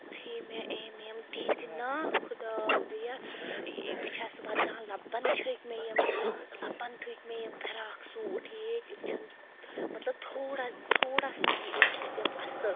یُتھے مےٚ أمۍ یِم دِتۍ نا خۄدایا یہِ بہٕ چھیٚس وَنان لبَن چھٔکۍ مےٚ یِم لَبن ٹھُکۍ مےٚ یِم فِراق سوٗٹ ہے تِم چھِنہٕ مطلب تھوڑا تھوڑا سا بھی ٲسۍ نہٕ تِم اصٕل